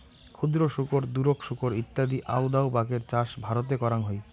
ক্ষুদ্র শুকর, দুরোক শুকর ইত্যাদি আউদাউ বাকের চাষ ভারতে করাং হই